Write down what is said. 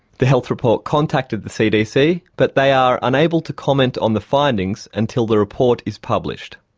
the health report contacted the cdc but they are unable to comment on the findings until the report is published.